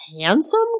handsome